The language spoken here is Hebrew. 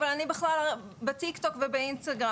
אבל אני בכלל בטיק-טוק ובאינסטגרם.